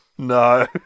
No